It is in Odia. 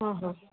ହଁ ହଁ